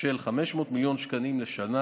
של 500 מיליון שקלים לשנה